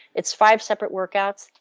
it's five separate workouts,